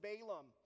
Balaam